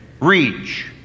reach